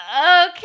Okay